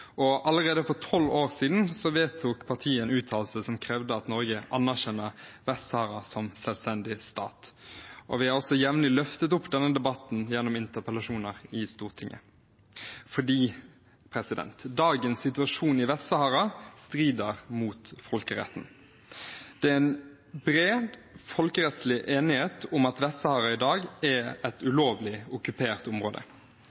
og allerede for tolv år siden vedtok partiet en uttalelse som krevde at Norge anerkjenner Vest-Sahara som selvstendig stat. Vi har også jevnlig løftet opp denne debatten gjennom interpellasjoner i Stortinget, fordi dagens situasjon i Vest-Sahara strider mot folkeretten. Det er bred folkerettslig enighet om at Vest-Sahara i dag er et ulovlig okkupert område.